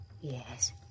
Yes